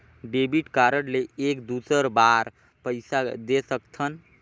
Debit card ले एक दुसर बार पइसा दे सकथन?